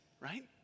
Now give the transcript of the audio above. right